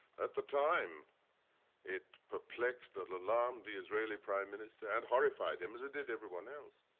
at the time it perplexed and alarmed the israeli prime minister and horrified him, as did everyone else.